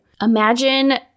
Imagine